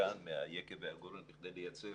מהיקב ומהגורן, כדי לייצר